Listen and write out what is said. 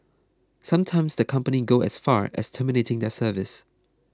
sometimes the company go as far as terminating their service